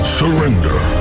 surrender